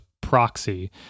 proxy